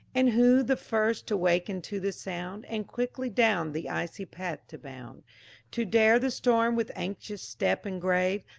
and who the first to waken to the sound, and quickly down the icy path to bound to dare the storm with anxious step and grave,